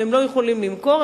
והם לא יכולים למכור,